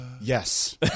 Yes